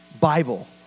Bible